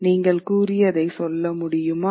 நீங்கள் கூறியதை சொல்ல முடியுமா